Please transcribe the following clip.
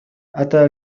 أتى